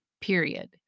period